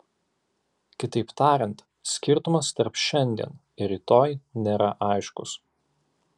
kitaip tariant skirtumas tarp šiandien ir rytoj nėra aiškus